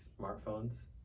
smartphones